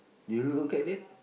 did you look at it